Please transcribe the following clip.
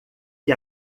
que